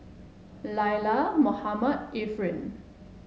Lila Mohammad Efren